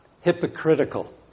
hypocritical